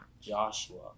Joshua